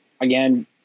again